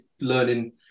learning